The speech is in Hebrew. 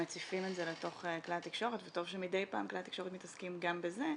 מציפים את זה לכלי התקשורת וטוב שמדי פעם כלי התקשורת מתעסקים גם בזה,